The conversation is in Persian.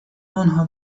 آنها